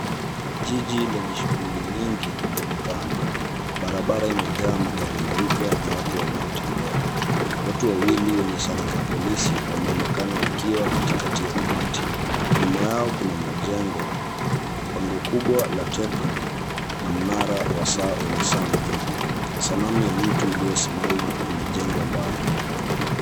Jiji linaloonyesha shughuli nyingi linaonekana. Barabara imejaa magari meupe na watu wanaotembea. Watu wawili wenye sare za polisi wameonekana wakiwa katikati ya umati. Nyuma yao kuna majengo, bango kubwa la Tecno, na mnara wa saa unaoonekana mbele. Sanamu ya mtu aliyesimama imejengwa mbali.